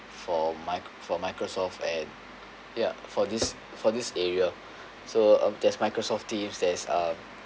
for mi~ for microsoft and ya for this for this area so um there's microsoft teams there's um